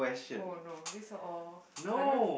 oh no these are all I don't